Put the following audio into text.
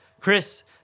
Chris